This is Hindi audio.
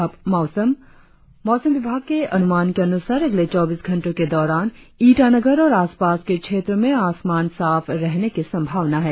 और अब मौसम मौसम विभाग के अनुमान के अनुसार अगले चौबीस घंटो के दौरान ईटानगर और आसपास के क्षेत्रो में आसमान साफ रहने की संभावना है